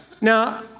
Now